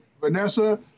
Vanessa